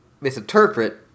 misinterpret